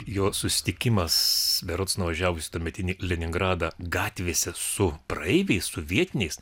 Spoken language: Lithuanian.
jo susitikimas berods nuvažiavus į tuometinį leningradą gatvėse su praeiviais su vietiniais